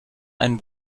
einen